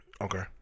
Okay